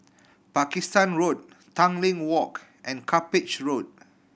Pakistan Road Tanglin Walk and Cuppage Road